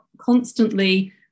constantly